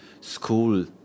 school